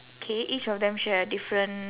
K each of them share a different